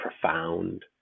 profound